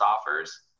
offers